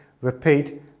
repeat